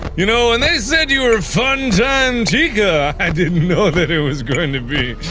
you know and they said you were fun giant eager i didn't know that it was going to be